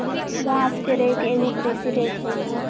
घास के रेक एगो कृषि रेक हइ